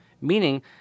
meaning